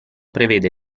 prevede